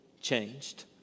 changed